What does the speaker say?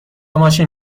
ماشین